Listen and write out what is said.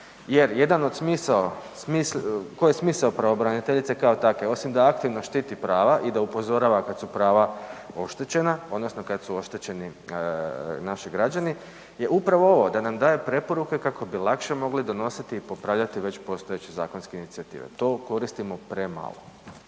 pravilnika i slično. Koji je smisao pravobraniteljice kao takve osim da aktivno štiti prava i da upozorava kad su prava oštećena odnosno kada su oštećeni naši građani je upravo ovo da nam daje preporuke kako bi lakše mogli donositi i popravljati već postojeće zakonske inicijative. To koristimo premalo.